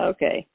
Okay